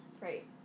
Right